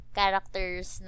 characters